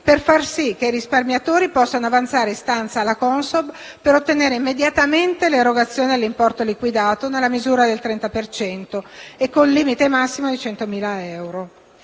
per far sì che i risparmiatori possano avanzare istanza alla Consob per ottenere immediatamente l'erogazione dell'importo liquidato, nella misura del 30 per cento e con il limite massimo di 100.000 euro.